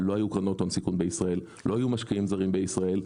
לא היו קרנות הון סיכון בישראל ולא היו משקיעים זרים בישראל.